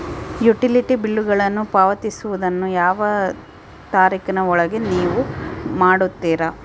Utility ಬಿಲ್ಲುಗಳನ್ನು ಪಾವತಿಸುವದನ್ನು ಯಾವ ತಾರೇಖಿನ ಒಳಗೆ ನೇವು ಮಾಡುತ್ತೇರಾ?